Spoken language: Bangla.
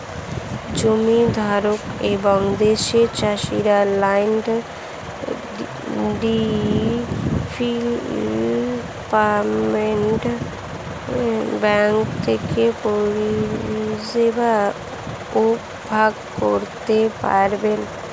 জমির ধারক এবং দেশের চাষিরা ল্যান্ড ডেভেলপমেন্ট ব্যাঙ্ক থেকে পরিষেবা উপভোগ করতে পারেন